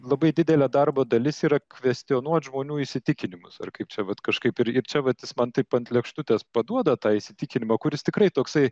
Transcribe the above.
labai didelė darbo dalis yra kvestionuot žmonių įsitikinimus ar kaip čia vat kažkaip ir ir čia vat jis man taip ant lėkštutės paduoda tą įsitikinimą kuris tikrai toksai